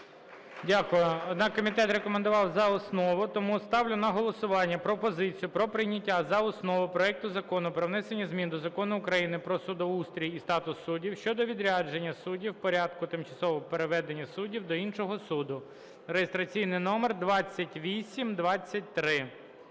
Дякую. Однак комітет рекомендував за основу. Тому сталю на голосування пропозицію про прийняття за основу проекту Закону про внесення змін до Закону України "Про судоустрій і статус суддів" щодо відрядження суддів в порядку тимчасового переведення судді до іншого суду (реєстраційний номер 2823).